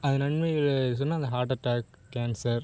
அந்த நன்மைகள் எதுன்னு சொன்னால் அந்த ஹார்ட் அட்டாக் கேன்சர்